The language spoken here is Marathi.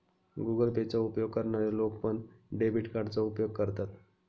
गुगल पे चा उपयोग करणारे लोक पण, डेबिट कार्डचा उपयोग करतात